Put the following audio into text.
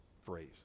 phrase